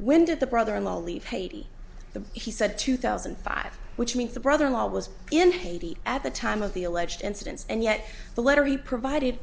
when did the brother in law leave haiti the he said two thousand and five which means the brother in law was in haiti at the time of the alleged incidents and yet the letter he provided